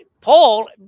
Paul